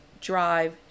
drive